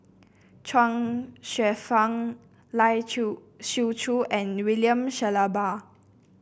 Chuang Hsueh Fang Lai Chiu Siu Chiu and William Shellabear